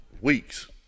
weeks